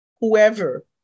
whoever